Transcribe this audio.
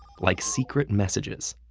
like secret messages.